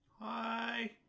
Hi